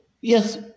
Yes